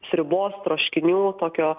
sriubos troškinių tokio